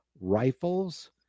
rifles